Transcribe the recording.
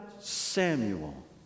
Samuel